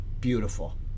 beautiful